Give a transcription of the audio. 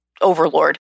overlord